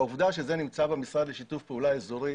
העובדה שזה נמצא במשרד לשיתוף פעולה אזורי